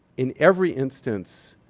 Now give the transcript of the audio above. in every instance,